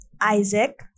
Isaac